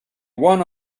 one